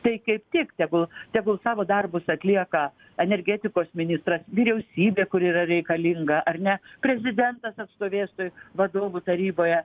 tai kaip tik tegul tegul savo darbus atlieka energetikos ministras vyriausybė kur yra reikalinga ar ne prezidentas atstovės toj vadovų taryboje